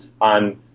on